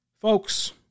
Folks